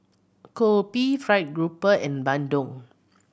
kopi fried grouper and bandung